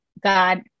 God